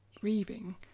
breathing